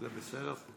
זה בסדר.